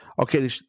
Okay